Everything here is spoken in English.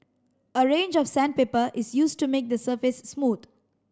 a range of sandpaper is used to make the surface smooth